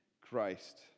Christ